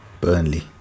Burnley